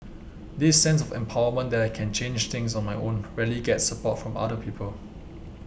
this sense of empowerment that I can change things on my own rarely gets support from other people